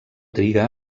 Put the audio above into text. triga